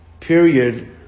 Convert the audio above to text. period